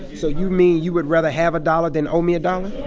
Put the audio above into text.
so you mean you would rather have a dollar than owe me a dollar?